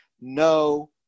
no